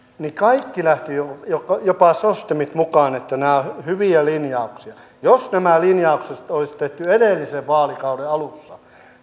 kaikki lähtivät jopa jopa sos demit mukaan että nämä ovat hyviä linjauksia jos nämä linjaukset olisi tehty edellisen vaalikauden alussa